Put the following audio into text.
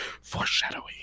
Foreshadowing